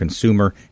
Consumer